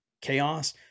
chaos –